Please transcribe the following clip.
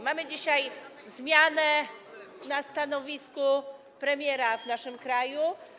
Mamy dzisiaj zmianę na stanowisku premiera w naszym kraju.